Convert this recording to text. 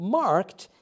marked